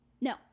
No